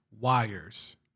wires